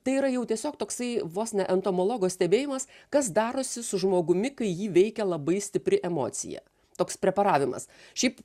tai yra jau tiesiog toksai vos ne entomologo stebėjimas kas darosi su žmogumi kai jį veikia labai stipri emocija toks preparavimas šiaip